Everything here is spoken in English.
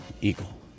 Eagle